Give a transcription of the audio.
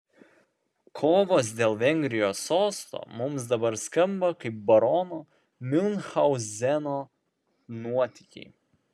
kovos dėl vengrijos sosto mums dabar skamba kaip barono miunchauzeno nuotykiai